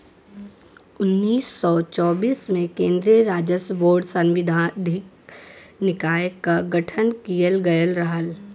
उन्नीस सौ चौबीस में केन्द्रीय राजस्व बोर्ड सांविधिक निकाय क गठन किहल गयल रहल